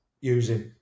using